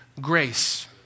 grace